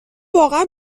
واقعا